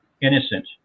innocent